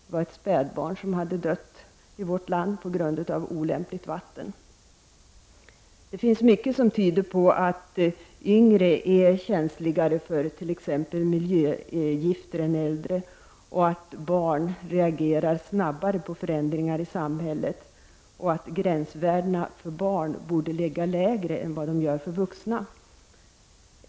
Det var ett spädbarn som hade dött i vårt land på grund av olämpligt vatten. Det finns mycket som tyder på att yngre människor är känsligare för t.ex. miljögifter än äldre, att barn reagerar snabbare på förändringar i samhället och att gränsvärden för barn borde ligga lägre än för vuxna.